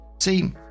See